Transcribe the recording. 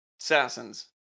assassins